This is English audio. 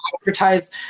advertise